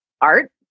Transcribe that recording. art